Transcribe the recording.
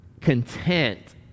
content